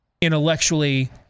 intellectually